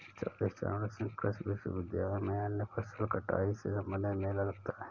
चौधरी चरण सिंह कृषि विश्वविद्यालय में अन्य फसल कटाई से संबंधित मेला लगता है